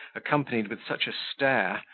accompanied with such a stare,